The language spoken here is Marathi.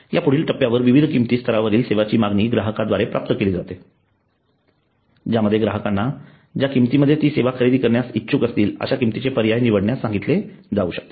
या पुढील टप्प्यावर विविध किंमत स्तरावरील सेवांची मागणी ग्राहका द्वारे प्राप्त केली जाते ज्यामध्ये ग्राहकांना ज्या किंमतीमध्ये ते सेवा खरेदी करण्यास इच्छुक असतील अश्या किंमतीचे पर्याय निवडण्यास सांगितले जाऊ शकते